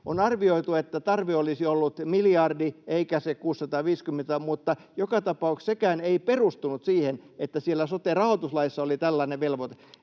On arvioitu, että tarve olisi ollut miljardi eikä se 650, mutta joka tapauksessa sekään ei perustunut siihen, että siellä sote-rahoituslaissa oli tällainen velvoite.